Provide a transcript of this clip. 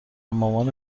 مامان